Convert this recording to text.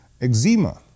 Eczema